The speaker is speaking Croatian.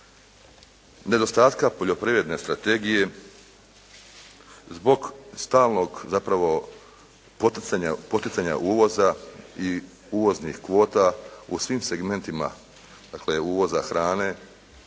nedostatka poljoprivredne strategije, zbog stalnog zapravo poticanja uvoza i uvoznih kvota, u svim segmentima dakle, uvoza hrane